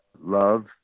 Love